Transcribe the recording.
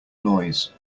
noise